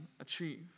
achieve